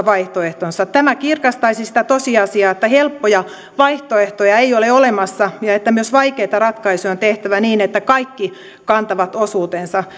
vaihtoehtonsa tämä kirkastaisi sitä tosiasiaa että helppoja vaihtoehtoja ei ole olemassa ja että myös vaikeita ratkaisuja on tehtävä niin että kaikki kantavat osuutensa